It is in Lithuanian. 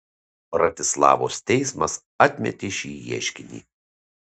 bratislavos teismas atmetė šį ieškinį